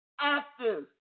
active